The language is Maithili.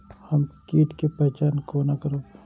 हम कीट के पहचान कोना करब?